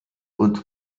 und